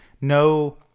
No